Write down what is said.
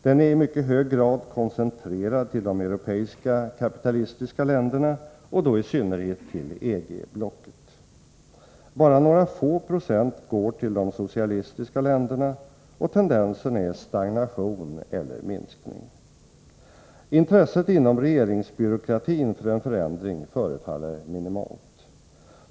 Den är i mycket hög grad koncentrerad till de europeiska kapitalistiska länderna, och då i synnerhet till EG-blocket. Bara några få procent går till de socialistiska länderna, och tendensen är stagnation eller minskning. Intresset inom regeringsbyråkratin för en förändring förefaller minimalt.